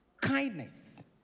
kindness